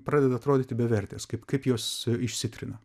pradeda atrodyti bevertės kaip kaip jos išsitrina